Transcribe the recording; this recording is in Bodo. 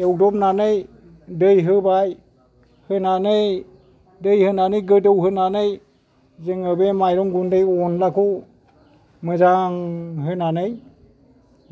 एवदबनानै दै होबाय होनानै दै होनानै गोदौ होनानै जोङो बे माइरं गुन्दैखौ अनलाखौ मोजां होनानै